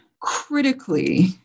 critically